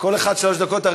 כל אחד שלוש דקות.